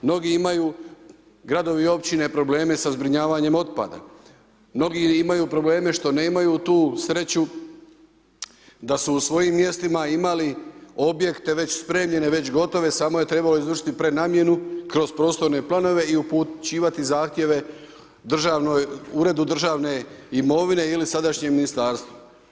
Mnogi imaju gradovi i općine probleme sa zbrinjavanjem otpada, mnogi imaju probleme što nemaju tu sreću da su u svojim mjestima imali objekte već spremljene, već gotove, samo je trebalo izvršiti prenamjenu kroz prostorne planove i upućivati zahtjeve Uredu državne imovine ili sadašnjem ministarstvu.